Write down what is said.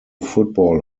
football